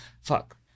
fuck